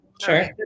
Sure